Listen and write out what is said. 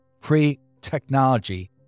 pre-technology